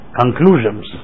conclusions